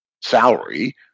salary